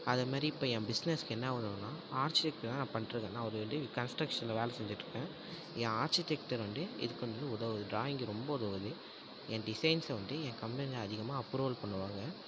அது மாதிரி இப்போ என் பிஸ்னஸ்க்கு என்ன உதவுதுன்னால் ஆர்ச்சிடெக் தான் நான் பண்ணிடுருக்கேன் நான் ஒரு இது கன்ஸ்ட்ரெக்ஷனில் வேலை செஞ்சுட்டு இருக்கேன் என் ஆர்ச்சிடெக்டர் வந்து இதுக்கு வந்து உதவுது ட்ராயிங்கு ரொம்ப உதவுது என் டிசைன்ஸை வந்துட்டு ஏன் கம்பெனியில் அதிகமாக அப்ரூவல் பண்ணுவாங்க